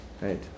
Right